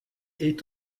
est